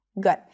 Good